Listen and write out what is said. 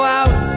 out